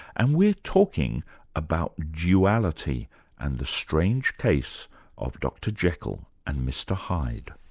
and we're talking about duality and the strange case of dr jekyll and mr hyde.